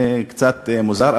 זה קצת מוזר,